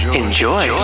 enjoy